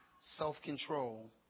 self-control